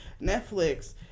Netflix